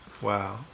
wow